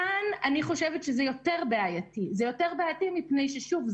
כאן אני חושבת שזה יותר בעייתי כי זה